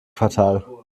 quartal